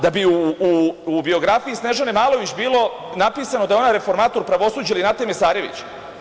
Da bi u biografiji Snežane Malović bilo napisano da je ona reformator pravosuđa ili Nate Mesarević.